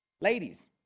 Ladies